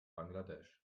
bangladesch